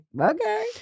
okay